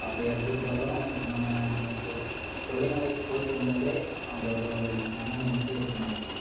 அப்படி எடுத்துக்கிட்டாலும் நம்ம நமக்கு கொல்லிமலைக்கு போயிவிட்டு வந்தாலே அந்த ஒரு மன நிம்மதி இருக்கும் நமக்கு